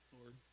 Lord